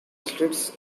slits